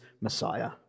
Messiah